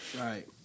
Right